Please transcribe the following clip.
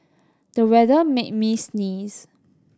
the weather made me sneeze